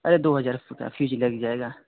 अरे दो हज़ार का फ्यूज लग जाएगा